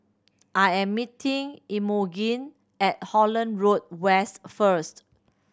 I am meeting Imogene at Holland Road West first